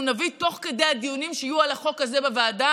נביא תוך כדי הדיונים שיהיו על החוק הזה בוועדה.